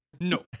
No